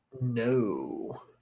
No